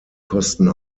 kosten